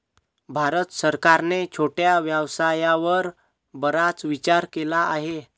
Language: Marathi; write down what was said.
भारत सरकारने छोट्या व्यवसायावर बराच विचार केला आहे